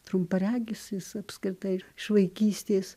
trumparegis jis apskritai iš vaikystės